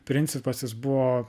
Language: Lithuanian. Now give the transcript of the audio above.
principas jis buvo